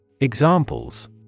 Examples